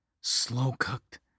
slow-cooked